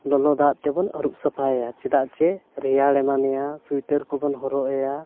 ᱞᱚᱞᱚ ᱫᱟᱜ ᱛᱮᱵᱚᱱ ᱟᱹᱨᱩᱵ ᱥᱟᱯᱷᱟᱭᱮᱭᱟ ᱪᱮᱫᱟᱜ ᱥᱮ ᱨᱮᱭᱟᱲ ᱮᱢᱟᱱᱮᱭᱟ ᱥᱩᱭᱮᱴᱟᱨ ᱠᱚᱵᱚᱱ ᱦᱚᱨᱚᱜ ᱟᱭᱟ